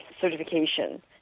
certification